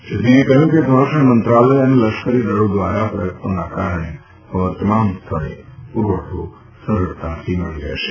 શ્રી સિંહે કહ્યું કે સંરક્ષણ મંત્રાલય અને લશ્કરી દળો દ્વારા પ્રયત્નોના કારણે હવે તમામ સ્થાને પ્રરવઠો સરળતાથી મળી રહેશે